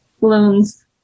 balloons